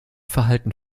verhalten